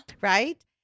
Right